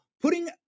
putting